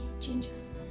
changes